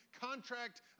contract